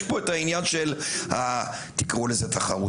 יש פה את העניין שתקראו לזה תחרותיות,